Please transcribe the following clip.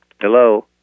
Hello